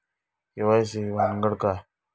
KYC ही भानगड काय?